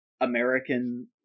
American